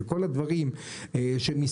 וכל הדברים שמסביב.